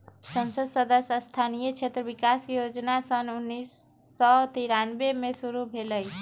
संसद सदस्य स्थानीय क्षेत्र विकास जोजना सन उन्नीस सौ तिरानमें में शुरु भेलई